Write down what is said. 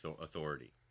authority